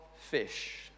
fish